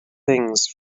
things